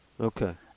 Okay